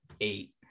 eight